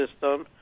system